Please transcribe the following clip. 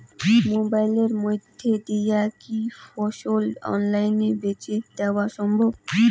মোবাইলের মইধ্যে দিয়া কি ফসল অনলাইনে বেঁচে দেওয়া সম্ভব?